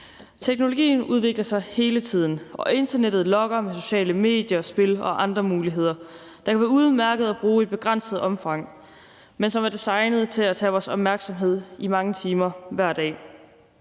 Teknologien udvikler sig hele tiden, og internettet lokker med sociale medier, spil og andre muligheder, der kan være udmærkede at bruge i et begrænset omfang, men som er designet til at tage vores opmærksomhed i mange timer hver dag.